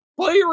play